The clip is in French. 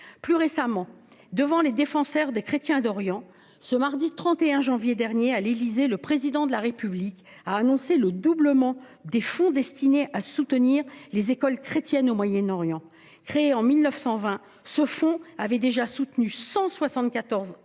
Plus récemment, devant des défenseurs des chrétiens d'Orient, le mardi 31 janvier dernier, à l'Élysée, le Président de la République a annoncé le doublement des fonds destinés à soutenir les écoles chrétiennes au Moyen-Orient. Créé en 1920, ce fonds avait déjà soutenu 174